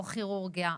או כירורגיה,